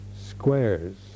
squares